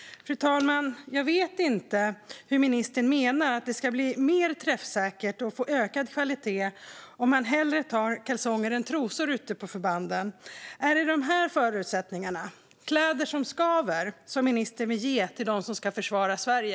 Jag vet inte hur ministern menar att det ska bli mer träffsäkert eller ökad kvalitet om kvinnorna ute på förbanden hellre tar kalsonger än trosor. Är det här förutsättningarna, kläder som skaver, som ministern vill ge till dem som ska försvara Sverige?